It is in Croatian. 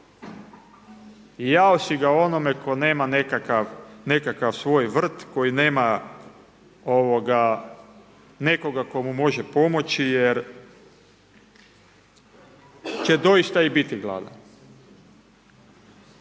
I jao si ga onome tko nema nekakav svoj vrt, koji nema nekoga tko mu može pomoći jer će doista i biti gladan.